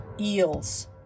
Eels